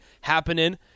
happening